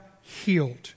healed